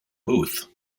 booth